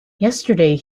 yesterday